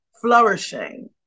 flourishing